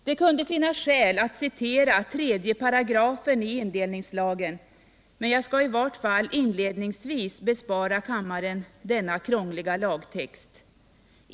Det kunde finnas skäl att citera 3 § indelningslagen, men jag skall i vart fall inledningsvis bespara kammaren denna krångliga lagtext.